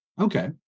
okay